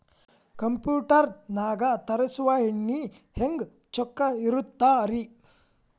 Computer ನಾಗ ತರುಸುವ ಎಣ್ಣಿ ಹೆಂಗ್ ಚೊಕ್ಕ ಇರತ್ತ ರಿ?